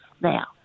now